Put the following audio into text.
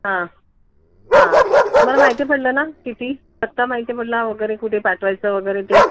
हां हां बरं माहिती पडलं ना किती पत्ता माहिती पडला वगैरे कुठे पाठवायचं वगैरे ते